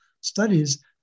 studies